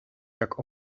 jak